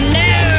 no